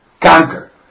conquer